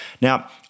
Now